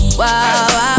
wow